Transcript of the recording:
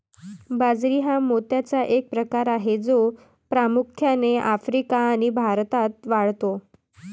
बाजरी हा मोत्याचा एक प्रकार आहे जो प्रामुख्याने आफ्रिका आणि भारतात वाढतो